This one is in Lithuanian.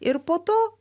ir po to